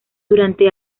durante